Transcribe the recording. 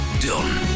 done